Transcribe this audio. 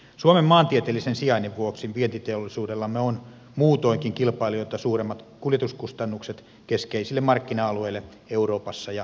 suomen maantieteellisen sijainnin vuoksi vientiteollisuudellamme on muutoinkin kilpailijoita suuremmat kuljetuskustannukset keskeisille markkina alueille euroopassa ja muualla maailmassa